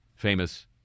famous